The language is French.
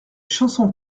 chanson